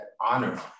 honor